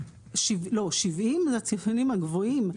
לא, 70 זה ציונים גבוהים.